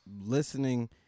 listening